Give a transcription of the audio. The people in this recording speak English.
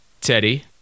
teddy